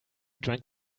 drank